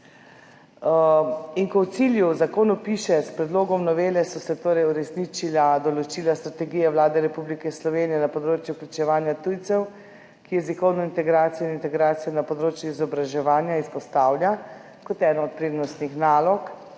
In ko v cilju v zakonu piše, da so se s predlogom novele uresničila določila strategije Vlade Republike Slovenije na področju vključevanja tujcev, ki jezikovno integracijo in integracijo na področju izobraževanja izpostavlja kot eno od prednostnih nalog,